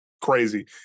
crazy